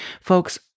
folks